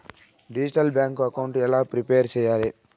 Digital bank account ఎలా prepare సెయ్యాలి?